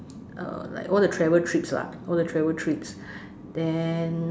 uh like all the travel trips lah all the travel trips then